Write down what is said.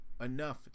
enough